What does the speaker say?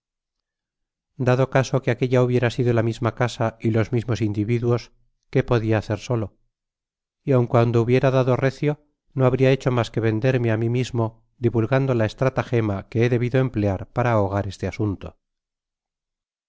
üado caso que aquella hubiera sido la misma casa y los mismos individuos qué podia hacer solo y aun cuando hubiera dado recio no habria hecho mas que venderme á mi mismo divulgando la estratagema que he debido emplear para ahogar este asunto